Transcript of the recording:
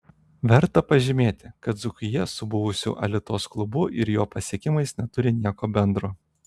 verta pažymėti kad dzūkija su buvusiu alitos klubu ir jo pasiekimais neturi nieko bendro